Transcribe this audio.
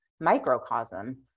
microcosm